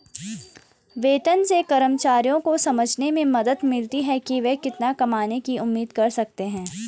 वेतन से कर्मचारियों को समझने में मदद मिलती है कि वे कितना कमाने की उम्मीद कर सकते हैं